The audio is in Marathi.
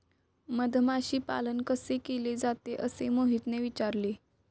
मधमाशी पालन कसे केले जाते? असे मोहितने विचारले